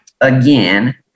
again